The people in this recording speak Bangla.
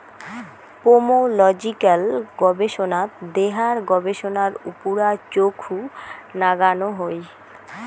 পোমোলজিক্যাল গবেষনাত দেহার গবেষণার উপুরা চখু নাগানো হই